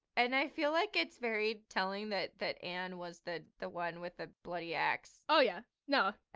and i feel like it's very telling that, that anne was the the one with the bloody axe oh yeah no,